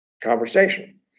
conversation